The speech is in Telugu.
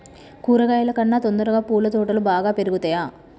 కూరగాయల కన్నా తొందరగా పూల తోటలు బాగా పెరుగుతయా?